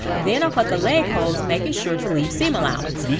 then i'll cut the leg holes making sure to leave seam allowance.